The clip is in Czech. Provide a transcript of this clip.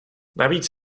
navíc